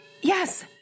Yes